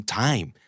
time